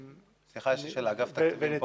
יש לי שאלה, אגף התקציבים פה?